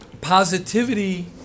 positivity